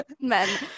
men